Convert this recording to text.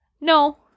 No